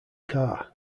car